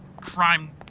Crime